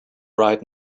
right